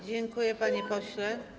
Dziękuję, panie pośle.